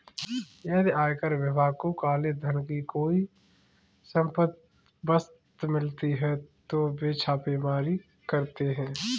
यदि आयकर विभाग को काले धन की कोई संदिग्ध वस्तु मिलती है तो वे छापेमारी करते हैं